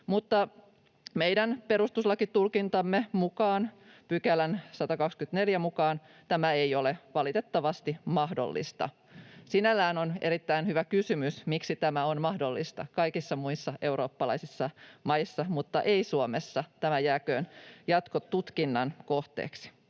Mutta meidän perustuslakitulkintamme mukaan tämä ei ole 124 §:n mukaan valitettavasti mahdollista. Sinällään on erittäin hyvä kysymys, miksi tämä on mahdollista kaikissa muissa eurooppalaisissa maissa mutta ei Suomessa. Tämä jääköön jatkotutkinnan kohteeksi.